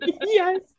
yes